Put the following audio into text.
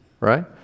right